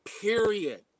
period